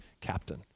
captain